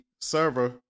server